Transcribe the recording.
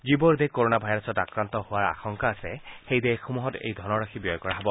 যিবোৰ দেশ কৰণা ভাইৰাছত আক্ৰান্ত হোৱাৰ আশংকা আছে সেই দেশসমূহত এই ধনৰাশি ব্যয় কৰা হব